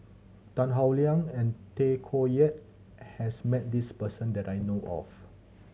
Tan Howe Liang and Tay Koh Yat has met this person that I know of